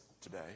today